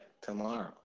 tomorrow